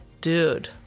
dude